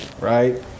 right